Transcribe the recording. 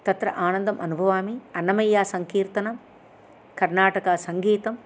तत्र आनन्दम् अनुभवामि अन्नमय्यासङ्कीर्तनं कर्नाटकसङ्गीतं